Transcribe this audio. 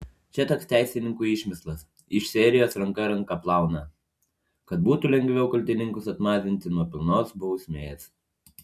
čia toks teisininkų išmislas iš serijos ranka ranką plauna kad būtų lengviau kaltininkus atmazinti nuo pilnos bausmės